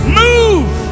move